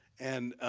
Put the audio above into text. and